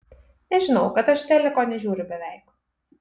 nežinau kad aš teliko nežiūriu beveik